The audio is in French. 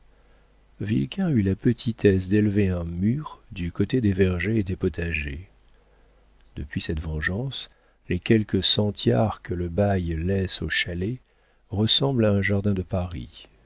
vilquin eut la petitesse d'élever un mur du côté des vergers et des potagers depuis cette vengeance les quelques centiares que le bail laisse au chalet ressemblent à un jardin de paris